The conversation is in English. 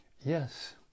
Yes